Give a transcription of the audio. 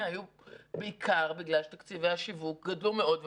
היה בעיקר בגלל שתקציבי השיווק גדלו מאוד.